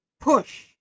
push